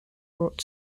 brought